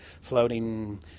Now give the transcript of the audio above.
floating